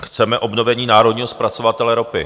Chceme obnovení národního zpracovatele ropy.